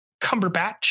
cumberbatch